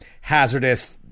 hazardous